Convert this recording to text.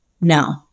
No